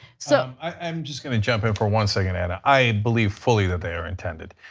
so i'm just going to jump in for one second. and i believe fully that they are intended,